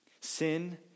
Sin